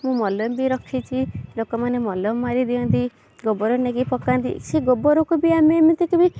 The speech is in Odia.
ମୁଁ ମଲମ ବି ରଖିଚି ଲୋକମାନେ ମଲମ ମାରି ଦିଅନ୍ତି ଗୋବର ନେଇକି ପକାନ୍ତି ସେଇ ଗୋବରକୁ ବି ଆମେ ଏମିତି କି ବି